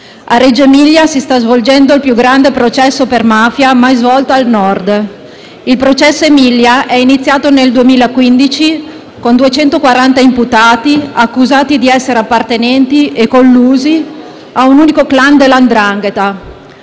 A Reggio Emilia si sta svolgendo il più grande processo per mafia mai svolto al Nord. Il processo Aemilia è iniziato nel 2015 con 240 imputati, accusati di essere appartenenti e collusi a un unico clan della 'ndrangheta.